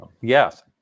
Yes